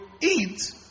eat